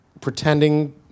pretending